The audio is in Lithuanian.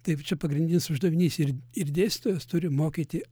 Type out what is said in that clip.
tai va čia pagrindinis uždavinys ir ir dėstytojas turi mokyti